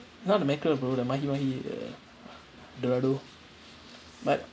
not the mackerel the mahi-mahi uh dorado but